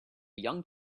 young